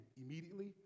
immediately